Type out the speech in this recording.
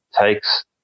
takes